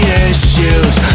issues